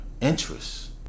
interests